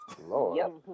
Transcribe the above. Lord